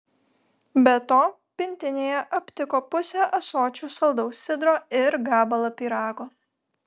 be to pintinėje aptiko pusę ąsočio saldaus sidro ir gabalą pyrago